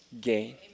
gain